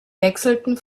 wechselten